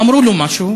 אמרו לו משהו,